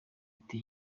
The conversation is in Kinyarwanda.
ati